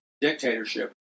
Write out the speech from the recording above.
dictatorship